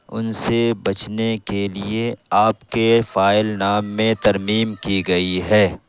ان سے بچنے کے لیے آپ کے فائل نام میں ترمیم کی گئی ہے